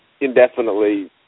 indefinitely